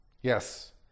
Yes